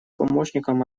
помощником